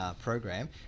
program